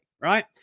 right